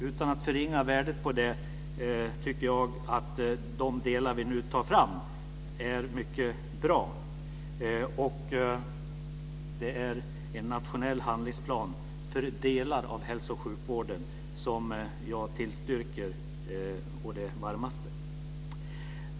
Utan att förringa värdet på detta tycker jag att de delar som vi nu tar fram är mycket bra. Och jag tillstyrker å det varmaste en nationell handlingsplan för delar av hälso och sjukvården.